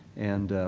and